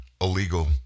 illegal